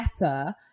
better